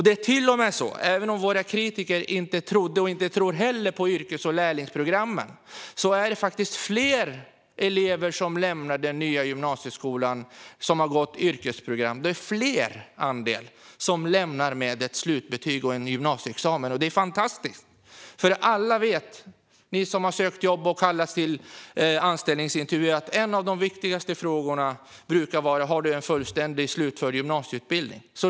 Det är till och med så, även om våra kritiker inte trodde och inte tror på yrkes och lärlingsprogrammen, att det faktiskt är fler elever som har gått ett yrkesprogram som lämnar den nya gymnasieskolan. Och det är fler som lämnar gymnasieskolan med ett slutbetyg och en gymnasieexamen, vilket är fantastiskt. Alla som har sökt jobb och kallats till anställningsintervju vet att en av de viktigaste frågorna brukar vara: Har du en fullständig och slutförd gymnasieutbildning?